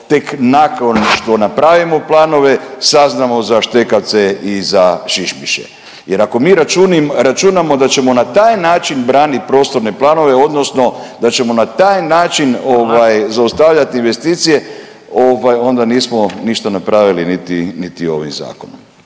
tek nakon što napravimo planove saznamo za štekavce i za šišmiše. Jer ako mi računamo da ćemo na taj način braniti prostorne planove odnosno da ćemo na taj način ovaj zaustavljati investicije ovaj onda nismo ništa napravili niti, niti ovim zakonom.